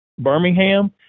Birmingham